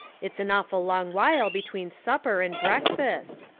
it's an awful long while between supper and breakfast.